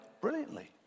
brilliantly